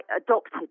adopted